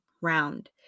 round